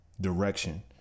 direction